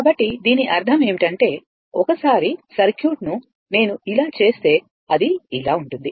కాబట్టి దీని అర్థం ఏంటంటే ఒకసారి సర్క్యూట్ను నేను ఇలా చేస్తేఅది ఇలా ఉంటుంది